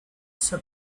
stmo